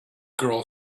girl